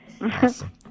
Awesome